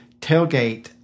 tailgate